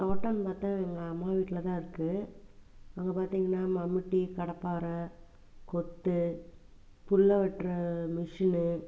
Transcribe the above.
தோட்டம் பார்த்தா எங்கள் அம்மா வீட்டில் தான் இருக்குது அங்க பார்த்திங்கனா மம்முட்டி கடப்பாரை கொத்து புல்லை வெட்டுகிற மெஷினு